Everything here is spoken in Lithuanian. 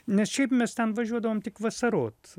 nes šiaip mes ten važiuodavom tik vasarot